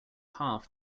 half